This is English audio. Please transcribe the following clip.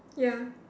ya